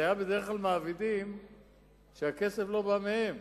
אלה היו בדרך כלל מעבידים שהכסף לא בא מהם